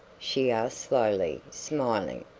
she asked slowly, smiling,